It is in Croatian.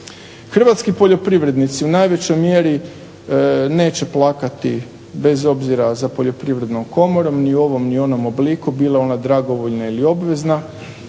Hrvatski poljoprivrednici u najvećoj mjeri neće plakati bez obzira za Poljoprivrednom komorom ni u ovom ni u onom obliku, bila ona dragovoljna ili obvezna.